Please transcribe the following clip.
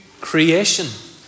creation